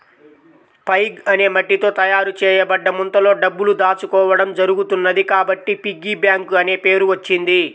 pig అనే మట్టితో తయారు చేయబడ్డ ముంతలో డబ్బులు దాచుకోవడం జరుగుతున్నది కాబట్టి పిగ్గీ బ్యాంక్ అనే పేరు వచ్చింది